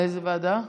לאיזו ועדה?